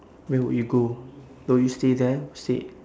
where would you go oh you stay there y~ stay